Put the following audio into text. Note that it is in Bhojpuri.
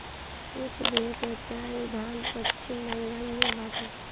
कोच बेहर चाय उद्यान पश्चिम बंगाल में बाटे